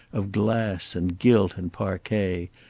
of glass and gilt and parquet,